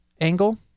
angle